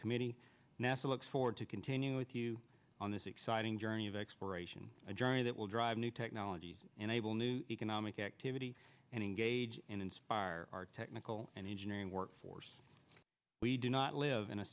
committee nasa looks forward to continuing with you on this exciting journey of exploration a journey that will drive new technologies and able new economic activity and engage and inspire our technical and engineering workforce we do not live in a